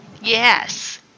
yes